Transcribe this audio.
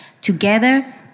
together